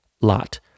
lot